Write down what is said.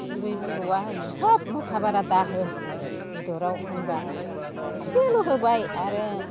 बिबै बिबौआ होनो थोत मस्ला बारा दाहो बेदराव होनबा एसेल' होबाय आरो